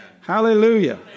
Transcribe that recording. Hallelujah